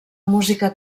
música